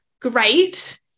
great